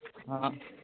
हँ